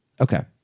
Okay